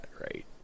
right